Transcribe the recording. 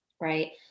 right